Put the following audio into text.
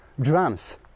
drums